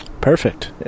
Perfect